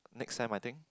next time I think